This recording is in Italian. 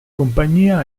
compagnia